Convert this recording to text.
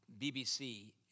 BBC